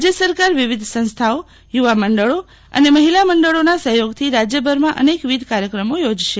રાજય સરકાર વિવિધ સંસ્થાઓ યુવા મંડળો અને મહિલા મંડળોના સહયોગથી રાજયભરમાં અનેકવિધ કાર્યક્રમો યોજાશે